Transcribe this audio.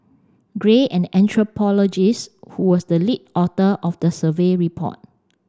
gray an anthropologist who was the lead author of the survey report